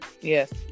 Yes